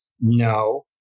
No